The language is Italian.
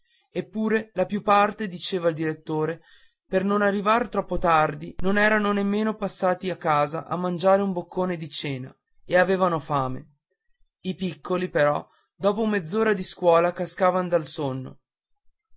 eppure la più parte diceva il direttore per non arrivar troppo tardi non eran nemmeno passati a casa a mangiare un boccone di cena e avevano fame i piccoli però dopo mezz'ora di scuola cascavan dal sonno